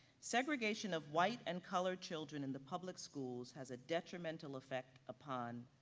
segregation of white and color children in the public schools has a detrimental effect upon